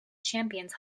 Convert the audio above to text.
champions